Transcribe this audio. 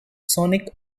sonic